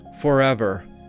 forever